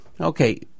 Okay